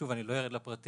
שוב, אני לא ארד לפרטים.